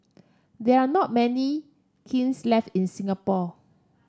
there are not many kilns left in Singapore